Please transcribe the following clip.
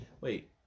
Wait